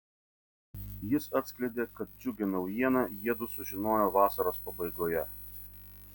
jis atskleidė kad džiugią naujieną jiedu sužinojo vasaros pabaigoje